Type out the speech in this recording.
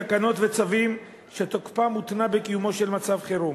תקנות וצווים שתוקפם הותנה בקיומו של מצב חירום.